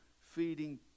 feeding